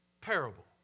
parable